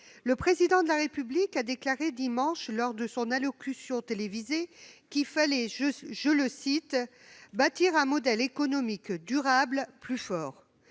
Le Président de la République a déclaré dimanche dernier, lors de son allocution télévisée, qu'il fallait « bâtir un modèle économique durable, plus fort »,